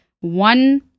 one